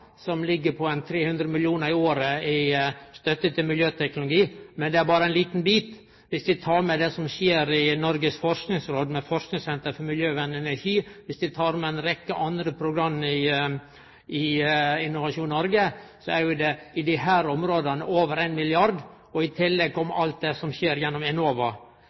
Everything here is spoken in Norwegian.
som ligg på 300 mill. kr i året i støtte til miljøteknologi. Men det er berre ein liten bit. Viss ein tek med det som skjer i Noregs forskingsråd, med Forskningssenter for miljøvennlig energi, viss ein tek med ei rekkje andre program i Innovasjon Norge, er det på desse områda over 1 mrd. kr. I tillegg kjem alt det som skjer gjennom Enova.